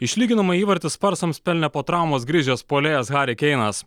išlyginamą įvartį sparsams pelnė po traumos grįžęs puolėjas hary keinas